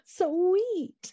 sweet